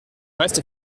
reste